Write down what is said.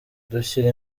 dushyira